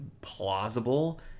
plausible